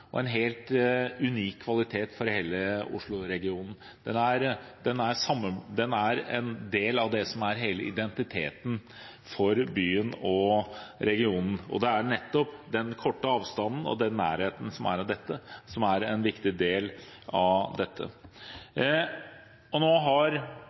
og en helt unik kvalitet ved hele Oslo-regionen. Den er en del av hele identiteten til byen og regionen, og det er nettopp den korte avstanden, nærheten, som er viktig her. Markaloven har virket fra 2009, og Venstre kan være enig med Senterpartiet i at det var sider ved innholdet i selve utformingen av